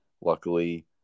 Luckily